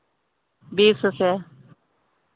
बीस रुपए